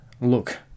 look